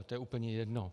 To je úplně jedno.